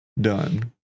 Done